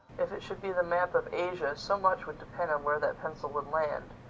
if it should be the map of asia, so much would depend on where that pencil would land.